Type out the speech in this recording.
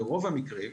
ברוב המקרים,